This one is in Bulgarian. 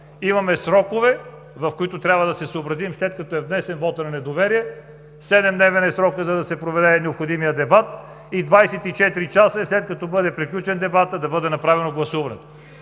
Имаме срокове, в които трябва да се съобразим, след като е внесен вотът на недоверие – 7-дневен е срокът, за да се проведе необходимият дебат, и 24 часа, след като бъде приключен дебатът, да бъде направено гласуването.